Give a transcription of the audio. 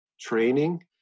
training